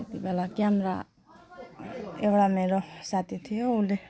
त्यति बेला क्यामरा एउटा मेरो साथी थियो उसले